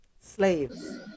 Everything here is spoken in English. slaves